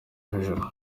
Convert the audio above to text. hejuru